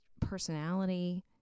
personality